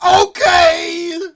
Okay